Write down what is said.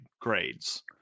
grades